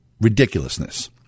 ridiculousness